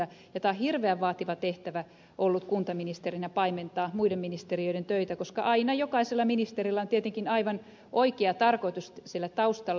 tämä on hirveän vaativa tehtävä ollut kuntaministerinä paimentaa muiden ministeriöiden töitä koska aina jokaisella ministerillä on tietenkin aivan oikea tarkoitus siellä taustalla